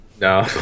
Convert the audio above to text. No